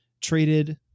traded